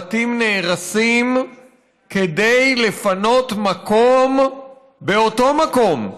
הבתים נהרסים כדי לפנות מקום באותו מקום,